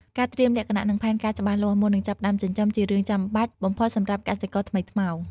ការត្រៀមលក្ខណៈនិងផែនការច្បាស់លាស់ មុននឹងចាប់ផ្តើមចិញ្ចឹមជារឿងចាំបាច់បំផុតសម្រាប់កសិករថ្មីថ្មោង។